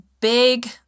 big